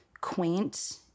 quaint